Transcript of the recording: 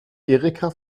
erika